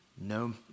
no